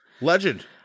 legend